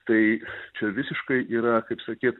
tai čia visiškai yra kaip sakyt